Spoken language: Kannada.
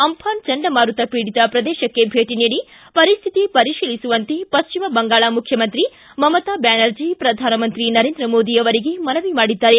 ಅಂಘಾನ್ ಚಂಡಮಾರುತ ಪೀಡಿತ ಪ್ರದೇಶಕ್ಕೆ ಭೇಟ ನೀಡಿ ಪರಿಸ್ಥಿತಿ ಪರಿಶೀಲಿಸುವಂತೆ ಪಶ್ಚಿಮ ಬಂಗಾಳ ಮುಖ್ಯಮಂತ್ರಿ ಮಮತಾ ಬ್ಯಾನರ್ಜಿ ಪ್ರಧಾನಮಂತ್ರಿ ನರೇಂದ್ರ ಮೋದಿ ಅವರಿಗೆ ಮನವಿ ಮಾಡಿದ್ದಾರೆ